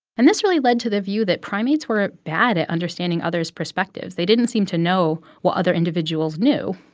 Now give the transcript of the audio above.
and this really led to the view that primates were bad understanding others' perspectives. they didn't seem to know what other individuals knew.